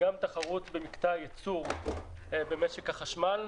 והשני הוא תחרות במקטע הייצור במשק החשמל.